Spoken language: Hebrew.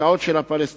בקרקעות של הפלסטינים.